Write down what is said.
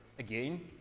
again,